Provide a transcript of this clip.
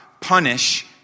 punish